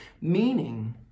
Meaning